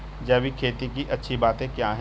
जैविक खेती की अच्छी बातें क्या हैं?